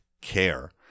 care